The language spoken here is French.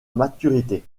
maturité